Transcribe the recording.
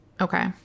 okay